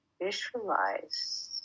Visualize